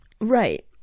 Right